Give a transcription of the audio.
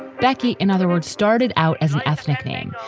becky in other words, started out as an ethnic thing.